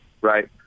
right